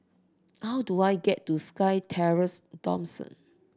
how do I get to SkyTerrace Dawson